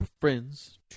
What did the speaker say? friends